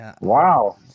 wow